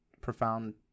profound